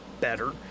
better